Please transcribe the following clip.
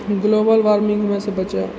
global warming होबैसँ बचि